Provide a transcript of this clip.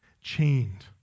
chained